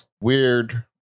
Weird